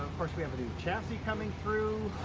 course, we have a new chassis coming through,